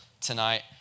tonight